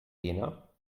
jena